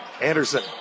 Anderson